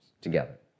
together